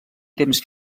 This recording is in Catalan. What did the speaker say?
temps